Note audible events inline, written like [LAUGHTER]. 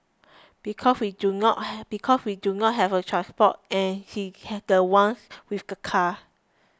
because we do not have because we do not have a transport and he's [UNINTELLIGIBLE] the ones with the car